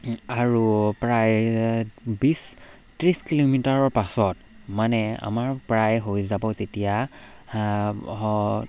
আৰু প্ৰায় বিছ ত্ৰিছ কিলোমিটাৰৰ পাছত মানে আমাৰ প্ৰায় হৈ যাব তেতিয়া